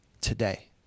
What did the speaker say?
today